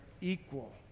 equal